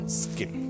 skin